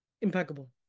impeccable